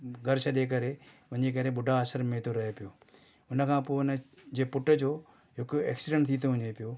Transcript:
घरु छॾे करे वञी करे बुढा आश्रम में थो रहे पियो उनखां पोइ उनजे पुटु जो हिकु एक्सीडेंट थी थो वञे पियो